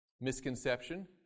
misconception